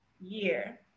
year